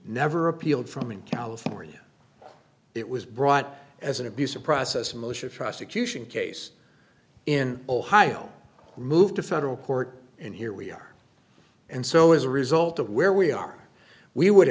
never appealed from in california it was brought as an abuse of process malicious prosecution case in ohio moved to federal court and here we are and so as a result of where we are we would